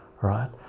right